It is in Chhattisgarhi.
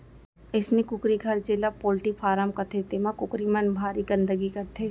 अइसने कुकरी घर जेला पोल्टी फारम कथें तेमा कुकरी मन भारी गंदगी करथे